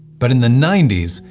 but in the ninety s,